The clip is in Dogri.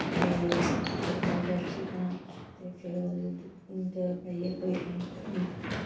ते गड़काइयै अच्छी तरह ते फिर ओह्दे च दुद्ध पाइयै कोई खंड